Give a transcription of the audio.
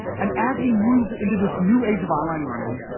and as we move into this new age of online learning,